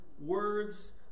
words